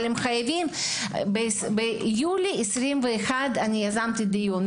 ביולי 21' יזמתי דיון.